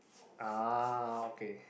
ah okay